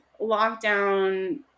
lockdown